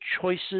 choices